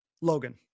Logan